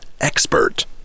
Expert